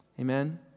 Amen